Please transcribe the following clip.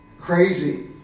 crazy